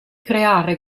creare